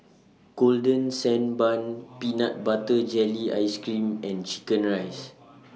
Golden Sand Bun Peanut Butter Jelly Ice Cream and Chicken Rice